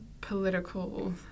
political